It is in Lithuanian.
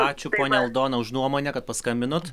ačiū ponia aldona už nuomonę kad paskambinot